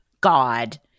God